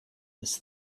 this